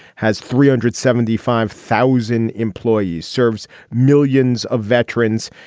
has three hundred seventy five thousand employees, serves millions of veterans.